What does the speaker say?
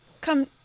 come